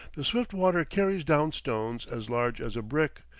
the swift water carries down stones as large as a brick,